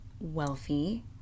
wealthy